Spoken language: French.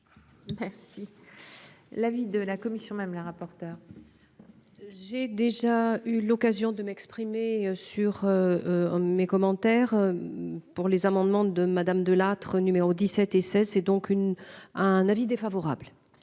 Merci. L'avis de la commission, même la rapporteure. J'ai déjà eu l'occasion de m'exprimer sur. Mes commentaires. Pour les amendements de Madame De Lattre numéro 17 SS. C'est donc une, un avis défavorable.